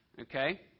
okay